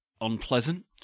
unpleasant